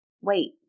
Wait